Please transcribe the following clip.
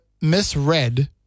misread